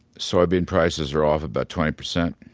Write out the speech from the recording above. soybean prices are off about twenty percent